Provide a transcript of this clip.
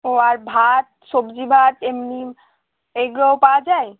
ও আর ভাত সবজি ভাত এমনি এগুলোও পাওয়া যায়